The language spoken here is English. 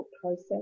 process